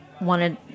wanted